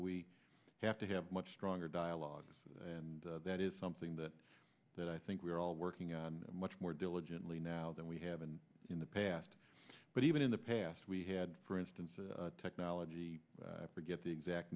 we have to have much stronger dialogue and that is something that that i think we are all working on much more diligently now than we have been in the past but even in the past we had for instance a technology to get the exact